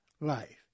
life